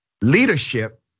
leadership